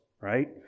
right